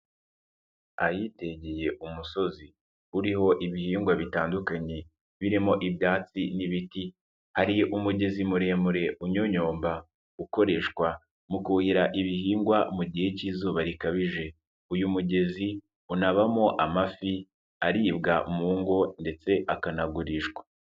Ahitegeye umusozi uriho ibihingwa bitandukanye birimo ibyatsi n'ibiti, hari umugezi muremure unyonyomba ukoreshwa mu kuhira ibihingwa mu gihe cy'izuba rikabije, uyu mugezi unabamo amafi aribwa mu ngo ndetse akanagurishwa.